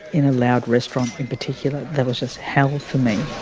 in a loud restaurant in particular, that was just hell for me.